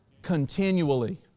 Continually